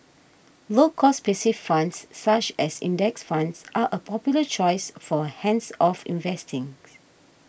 low cost passive funds such as index funds are a popular choice for hands off investing